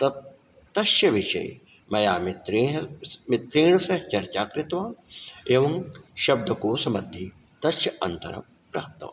तत् तस्य विषये मया मित्रेण स् मित्रेण सह चर्चा कृतवान् एवं शब्दकोश मध्ये तस्य अन्तरं प्राप्तवान्